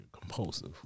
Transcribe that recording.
Compulsive